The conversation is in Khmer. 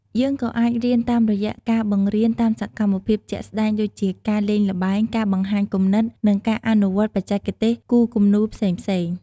យើងក៏អាចរៀនតាមរយៈការបង្រៀនតាមសកម្មភាពជាក់ស្តែងដូចជា ការលេងល្បែង ការបង្ហាញគំនិត និងការអនុវត្តបច្ចេកទេសគូរគំនូរផ្សេងៗ។